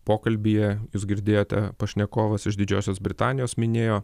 pokalbyje jūs girdėjote pašnekovas iš didžiosios britanijos minėjo